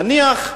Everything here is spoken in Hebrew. נניח,